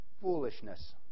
Foolishness